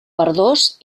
verdós